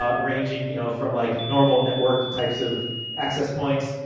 ah ranging you know from like normal network types of access points,